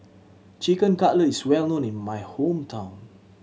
Chicken Cutlet is well known in my hometown